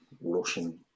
Russian